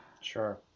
Sure